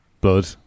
Blood